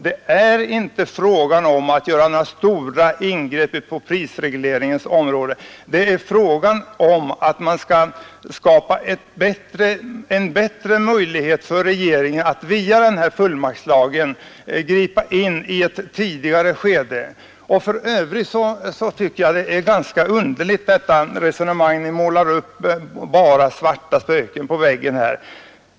Det gäller inte att göra några stora ingrepp på prisregleringens område. Det gäller att skapa en bättre möjlighet för regeringen att via fullmaktslagen gripa in i ett tidigare skede. För övrigt tycker jag ni för ett underligt resonemang. Ni målar bara upp svarta spöken på väggen.